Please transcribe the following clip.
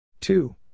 Two